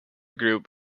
group